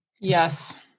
Yes